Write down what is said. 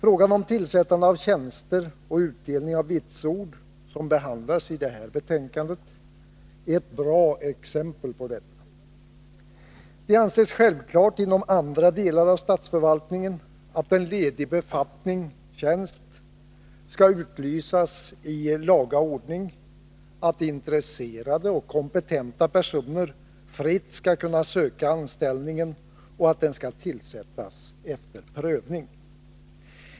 Frågan om tillsättande av tjänster och utdelning av vitsord, som behandlas i det här betänkandet, är ett bra exempel på detta. Det anses självklart inom andra delar av statsförvaltningen att en ledig befattning eller tjänst skall utlysas i laga ordning, att intresserade och kompetenta personer fritt skall kunna söka anställningen och att den skall tillsättas efter prövning.